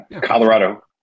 Colorado